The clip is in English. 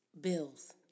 bills